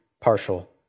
partial